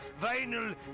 vinyl